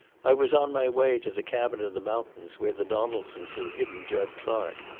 i was on my way to the cabin in the mountains, where the donaldsons had hidden jud clark.